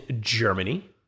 Germany